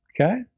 Okay